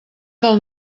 del